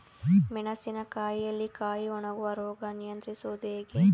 ಮೆಣಸಿನ ಕಾಯಿಯಲ್ಲಿ ಕಾಯಿ ಒಣಗುವ ರೋಗ ನಿಯಂತ್ರಿಸುವುದು ಹೇಗೆ?